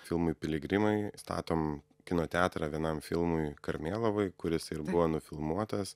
filmui piligrimai statom kino teatrą vienam filmui karmėlavoj kuris ir buvo nufilmuotas